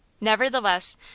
Nevertheless